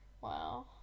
Wow